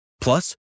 Plus